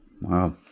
Wow